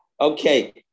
Okay